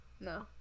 No